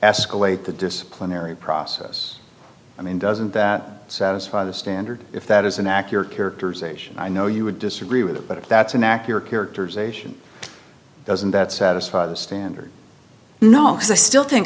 escalate the disciplinary process i mean doesn't that satisfy the standard if that is an accurate characterization i know you would disagree with it but if that's an accurate characterization doesn't that satisfy the standard knocks i still think